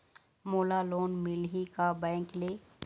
मोला लोन मिलही का बैंक ले?